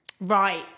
Right